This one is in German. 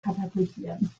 katapultieren